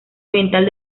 oriental